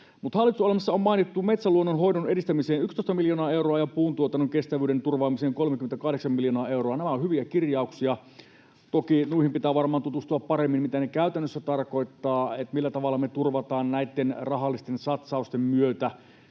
hallitusohjelmassa on mainittu metsäluonnon hoidon edistämiseen 11 miljoonaa euroa ja puuntuotannon kestävyyden turvaamiseen 38 miljoonaa euroa. Nämä ovat hyviä kirjauksia. Toki noihin pitää varmaan tutustua paremmin, mitä ne käytännössä tarkoittavat, millä tavalla me turvataan näitten rahallisten satsausten myötä